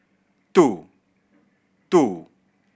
two two